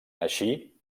així